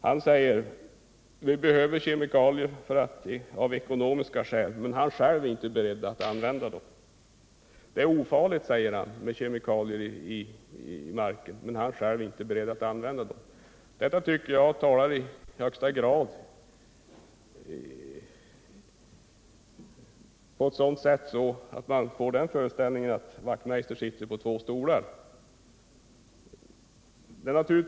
Han säger att vi behöver kemikalier av ekonomiska skäl och att de är ofarliga men att han själv inte är beredd att använda dem. Detta tycker jag ger ett intryck av att Hans Wachtmeister sitter på två stolar.